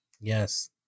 yes